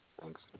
Thanks